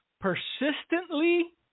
persistently